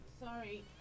Sorry